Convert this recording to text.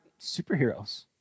superheroes